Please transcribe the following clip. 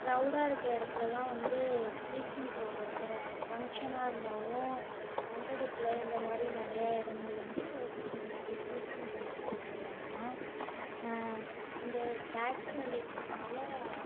க்ரௌடாருக்க இடத்துலலாம் வந்து bleaching powder ஃபங்க்ஷனாக இருந்தாலும் மண்டபத்தில் இந்தமாதிரி நிறையா இடங்களில் வந்து ரோட்டுக்கு முன்னாடி ப்ளீச்சிங் பவுட்ருலாம் போடுவாங்க இந்த பேட்ரி வண்டி இருக்கிறதுனால